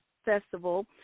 Festival